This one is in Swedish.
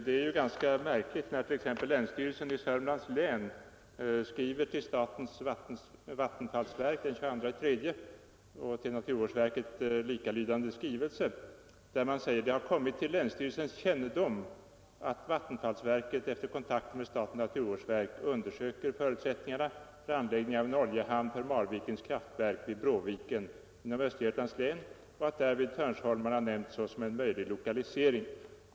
Det är ju ganska märkligt när t.ex. länsstyrelsen i Sörmlands län i ett brev till statens vattenfallsverk den 22/3 och i en likalydande skrivelse till naturvårdsverket uttrycker sig på följande sätt: ”Det har kommit till länsstyrelsens kännedom att vattenfallsverket efter kontakter med statens naturvårdsverk undersöker förutsättningarna för anläggning av en oljehamn för Marvikens kraftverk vid Bråviken inom Östergötlands län och att därvid Törnsholmarna nämnts såsom en möjlig lokalisering.